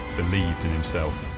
believed in himself.